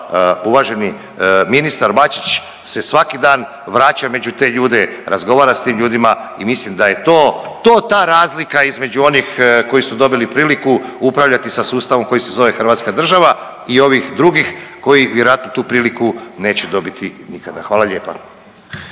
Uvaženi ministar Bačić se svaki dan vraća među te ljude, razgovara sa tim ljudima i mislim da je to ta razlika između onih koji su dobili priliku upravljati sa sustavom koji se zove Hrvatska država i ovih drugih koji vjerojatno tu priliku neće dobiti nikada. Hvala lijepa.